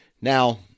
Now